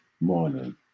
morning